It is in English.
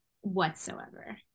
whatsoever